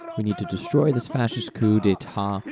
we need to destroy this fascist coup d'etat!